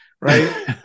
right